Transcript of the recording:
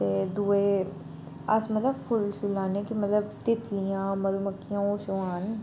ते दुए अस मतलब फुल्ल शुल्ल लान्ने के मतलब तितलियां मधुमक्खियां